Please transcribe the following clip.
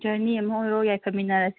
journey ꯑꯃ ꯑꯣꯏꯔꯣ ꯌꯥꯏꯐꯃꯤꯅꯔꯁꯤ